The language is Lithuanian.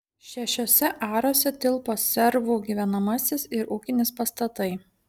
šešiuose aruose tilpo servų gyvenamasis ir ūkinis pastatai